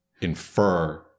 infer